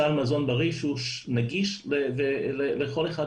סל מזון בריא שהוא נגיש לכל אחד בישראל.